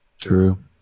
True